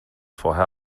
vorher